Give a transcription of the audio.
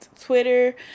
twitter